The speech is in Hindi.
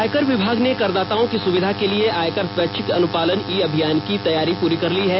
आयकर विमाग ने करदाताओं की सुविधा के लिए आयकर स्वैच्छिक अनुपालन ई अभियान की तैयारी पूरी कर ली है